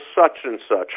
such-and-such